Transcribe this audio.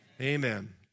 Amen